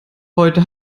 heute